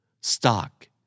Stock